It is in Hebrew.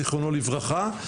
זכרונו לברכה.